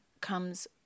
comes